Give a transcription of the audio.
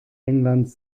englands